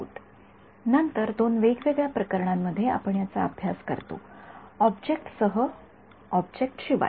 incident field एकूण field नंतर दोन वेगवेगळ्या प्रकरणांमध्ये आपण याचा खास अभ्यास करतो करतो ऑब्जेक्टसह ऑब्जेक्टशिवाय